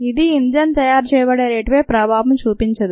ఇదీ ఇంజిన్ తయారు చేయబడే రేటుపై ప్రభావం చూపించదు